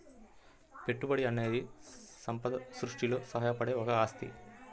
పెట్టుబడి అనేది సంపద సృష్టిలో సహాయపడే ఒక ఆస్తి